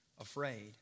afraid